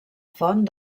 font